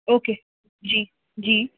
okay ਜੀ ਜੀ